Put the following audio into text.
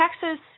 Texas